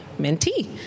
mentee